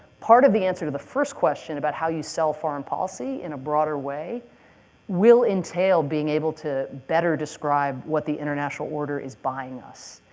part of the answer to the first question about how you sell foreign policy in a broader way will entail being able to better describe what the international order is buying us.